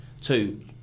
Two